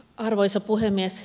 arvoisa puhemies